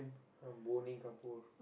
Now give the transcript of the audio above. some